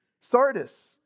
Sardis